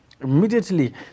Immediately